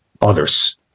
others